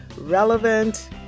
relevant